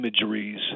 imageries